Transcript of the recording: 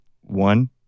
One